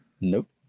Nope